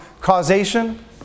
causation